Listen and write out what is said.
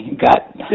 got